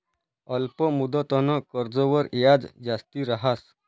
अल्प मुदतनं कर्जवर याज जास्ती रहास